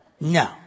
no